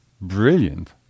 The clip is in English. brilliant